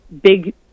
Big